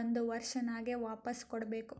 ಒಂದ್ ವರ್ಷನಾಗೆ ವಾಪಾಸ್ ಕೊಡ್ಬೇಕ್